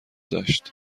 داشت